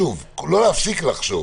שוב, לא להפסיק לחשוב